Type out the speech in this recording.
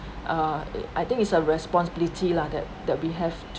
uh I think is a responsibility lah that that we have